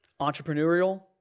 entrepreneurial